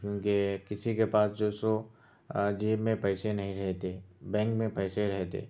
کیونکہ کسی کے پاس جو سو جیب میں پیسے نہیں رہتے بینک میں پیسے رہتے